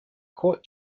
court